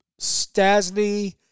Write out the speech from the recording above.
Stasny